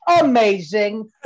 Amazing